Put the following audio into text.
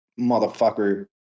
motherfucker